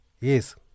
Yes